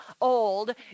old